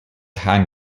hand